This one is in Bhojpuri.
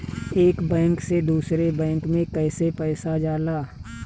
एक बैंक से दूसरे बैंक में कैसे पैसा जाला?